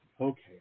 Okay